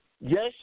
yes